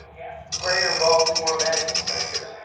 yeah greater baltimore medical center.